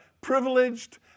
privileged